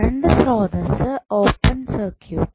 current സ്രോതസ്സ് open സർക്യൂട്ടും